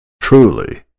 truly